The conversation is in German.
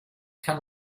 kann